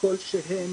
כלשהן